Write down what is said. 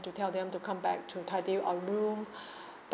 to tell them to come back to tidy our room